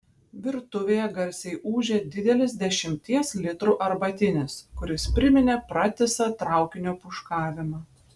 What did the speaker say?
virtuvėje garsiai ūžė didelis dešimties litrų arbatinis kuris priminė pratisą traukinio pūškavimą